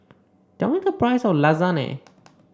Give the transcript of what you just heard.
tell me the price of Lasagne